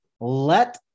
let